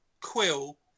quill